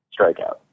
strikeout